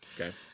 Okay